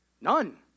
None